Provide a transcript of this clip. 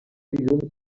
llum